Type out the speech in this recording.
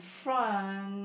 front